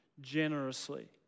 generously